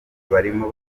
barimo